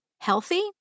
Healthy